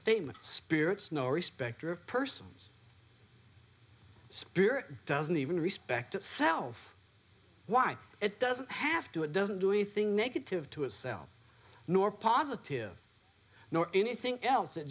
statement spirits no respecter of persons spirit doesn't even respect itself why it doesn't have to it doesn't do anything negative to itself nor positive nor anything else it